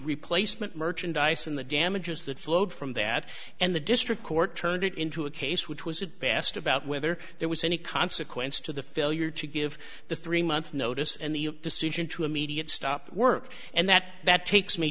replacement merchandise and the damages that flowed from that and the district court turned it into a case which was at best about whether there was any consequence to the failure to give the three month notice and the decision to immediate stop work and that that takes me